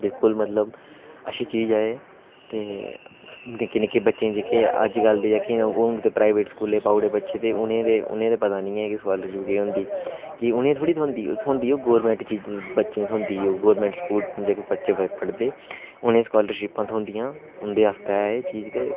बिल्कुल मतलब अच्छी चीज ऐ ते निक्के निक्के बच्चे जह्के अजकल दे हून ते प्राइवेट स्कूले च पाई ओड़े बच्चे ते उ'नें ते पता नेईं ऐ कि स्कालरशिप केह् होंदी कि उ'नें गी थ्होड़ा थ्होंदी थ्होंदी ओह् गवर्नमेंट बच्चें गी थ्होंदी गवर्नमेंट स्कूल जेह्के बच्चे पढ़दे उ'नें गी स्कालरशिपां थ्होदियां उं'दे आस्तै ऐ एह् चीज ते